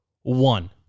one